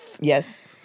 Yes